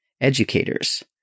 educators